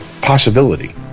possibility